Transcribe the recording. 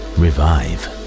revive